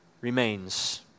remains